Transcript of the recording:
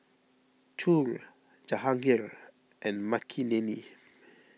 Choor Jahangir and Makineni